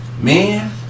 man